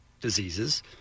diseases